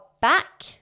back